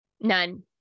None